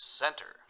center